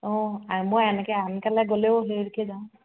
অঁ আ মই এনেকৈ আনকালে গ'লেও হেৰিকৈ যাওঁ